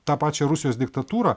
tą pačią rusijos diktatūrą